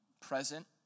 present